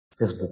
Facebook